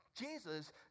Jesus